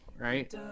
right